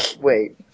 Wait